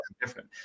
different